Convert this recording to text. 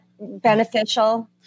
beneficial